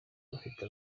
bafite